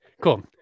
cool